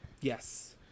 Yes